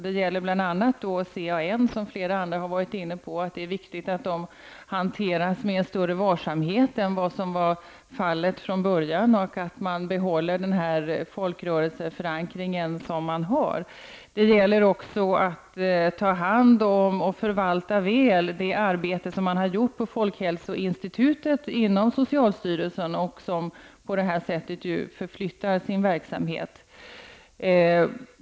Det är bl.a. viktigt att CAN -- en fråga som flera andra har varit inne på -- hanteras med större varsamhet än vad som var fallet från början och att Det gäller att också ta hand om och väl förvalta det arbete som man inom socialstyrelsen har uträttat på folkhälosinstitutet, som på det här sättet flyttar sin verksamhet.